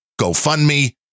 GoFundMe